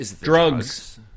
Drugs